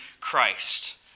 Christ